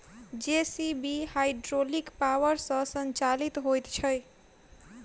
JCB hydraulic power सॅ संचालित होइत छै